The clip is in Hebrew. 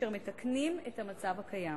אשר מתקנים את המצב הקיים: